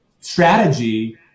strategy